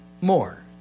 more